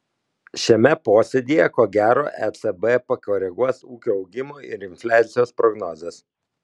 šiame posėdyje ko gero ecb pakoreguos ūkio augimo ir infliacijos prognozes